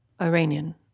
iranian